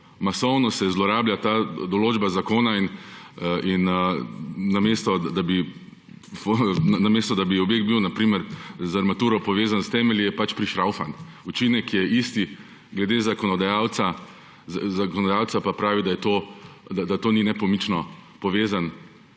masovno zlorablja ta določba zakona in namesto da bi objekt bil, na primer z armaturo povezan s temelji, je pač prišraufan. Učinek je isti. Glede zakonodajalca pa pravi, da to ni nepomično povezan